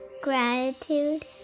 gratitude